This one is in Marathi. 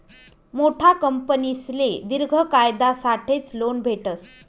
मोठा कंपनीसले दिर्घ कायसाठेच लोन भेटस